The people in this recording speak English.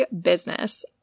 Business